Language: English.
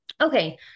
Okay